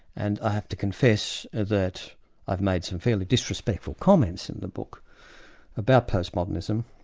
and i have to confess that i've made some fairly disrespectful comments in the book about postmodernism.